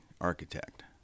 architect